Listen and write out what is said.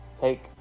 Take